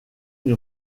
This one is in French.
une